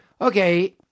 okay